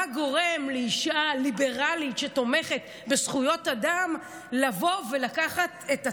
מה גורם לאישה ליברלית שתומכת בזכויות אדם לבוא ולקחת את הצד,